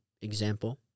example